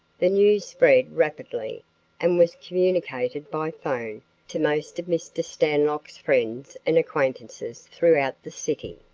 the news spread rapidly and was communicated by phone to most of mr. stanlock's friends and acquaintances throughout the city.